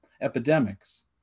epidemics